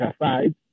aside